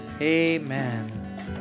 amen